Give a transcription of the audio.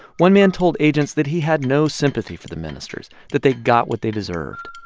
one man told agents that he had no sympathy for the ministers, that they got what they deserved.